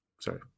Sorry